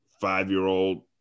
five-year-old